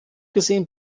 gesehen